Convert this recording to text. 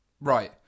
Right